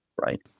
right